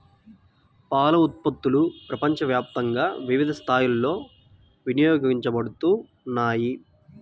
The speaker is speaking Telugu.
పాల ఉత్పత్తులు ప్రపంచవ్యాప్తంగా వివిధ స్థాయిలలో వినియోగించబడుతున్నాయి